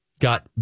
got